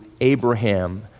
Abraham